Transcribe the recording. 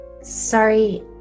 Sorry